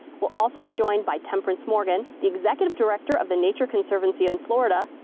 we'll also be joined by temperince morgan, the executive director of the nature conservancy in florida,